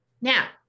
Now